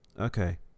Okay